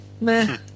meh